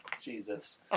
Jesus